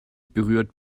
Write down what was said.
berührt